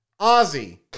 Ozzy